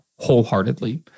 wholeheartedly